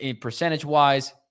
percentage-wise